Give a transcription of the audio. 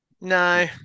No